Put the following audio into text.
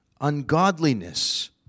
Ungodliness